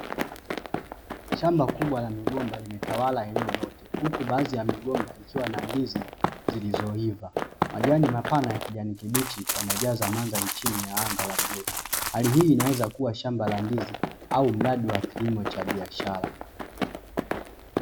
Shamba kubwa la magomba limetawala eneo lote huku baadhi ya migomba ikiwa na ndizi zilizoiva. Majani mapana ya kijani kibichi yanajaza mandhari chini ya anga la bluu. Hali hii inaweza kuwa shamba la ndizi au mradi wa kilimo cha biashara.